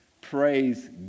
Praise